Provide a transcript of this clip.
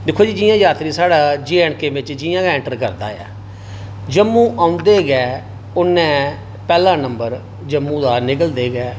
दिक्खो जी यात्री साढ़े जे एडं के 'बिच जि'यां गे ऐंटर करदा ऐ जम्मू औंदे गै उनें पैह्ला नम्बर जम्मू दा निकलदे गै